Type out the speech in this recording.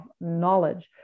knowledge